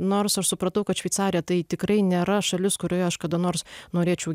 nors aš supratau kad šveicarija tai tikrai nėra šalis kurioje aš kada nors norėčiau